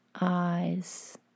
eyes